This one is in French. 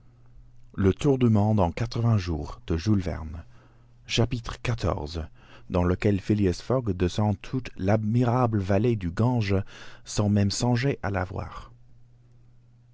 audacieux xiv dans lequel phileas fogg descend toute l'admirable vallée du gange sans même songer à la voir